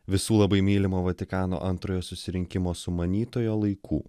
visų labai mylimo vatikano antrojo susirinkimo sumanytojo laikų